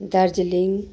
Darjeeling